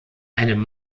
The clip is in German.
einem